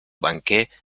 banquer